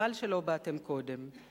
חבל שלא באתם קודם".